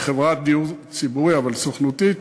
היא חברת דיור ציבורי, אבל סוכנותית.